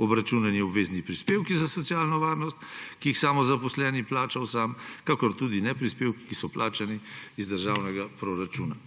obračunani obvezni prispevki za socialno varnost, ki jih samozaposleni plača sam, kakor tudi ne prispevki, ki so plačani iz državnega proračuna.